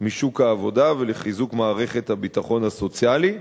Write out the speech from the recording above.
משוק העבודה ולחיזוק מערכת הביטחון הסוציאלי.